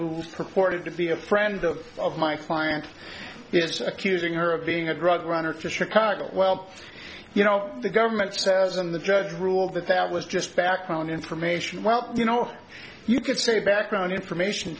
who've purported to be a friend of my client is accusing her of being a drug runner to chicago well you know the government says and the judge ruled that that was just background information well you know you could say background information